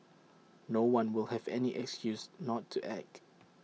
no one will have any excuse not to act